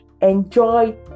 enjoy